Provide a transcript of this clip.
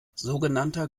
sogenannter